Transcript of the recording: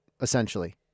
essentially